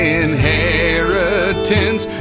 inheritance